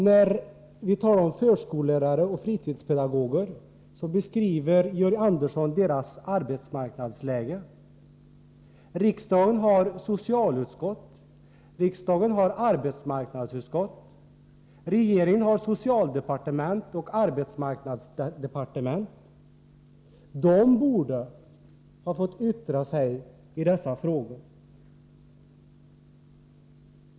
När vi talar om förskollärare och fritidspedagoger beskriver Georg Andersson deras arbetsmarknadsläge. Riksdagen har ju socialutskott och arbetsmarknadsutskott, och regeringen har socialdepartement och arbetsmarknadsdepartement. De borde ha fått yttra sig i dessa frågor.